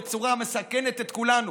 בצורה המסכנת את כולנו.